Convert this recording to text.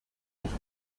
noch